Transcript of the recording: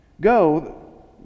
go